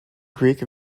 greek